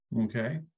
okay